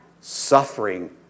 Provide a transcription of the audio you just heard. suffering